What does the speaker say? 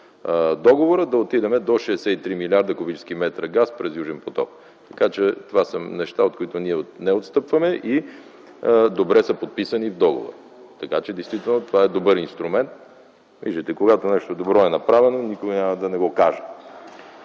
договора, да отидем до 63 млрд. куб. м газ през „Южен поток” - това са неща, от които ние не отстъпваме. Добре са подписани в договора, така че действително това е добър инструмент. Виждате, когато нещо добро е направено, никога няма да не го кажем.